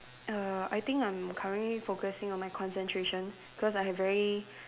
err I think I'm currently focusing on my concentration because I have very